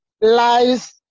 lies